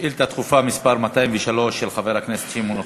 שאילתה דחופה מס' 203 של חבר הכנסת שמעון אוחיון.